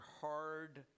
hard